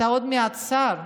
אתה עוד מעט שר,